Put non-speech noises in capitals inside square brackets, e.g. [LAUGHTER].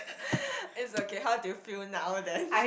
[BREATH] it's okay how do you feel now then